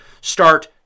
start